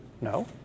No